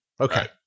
Okay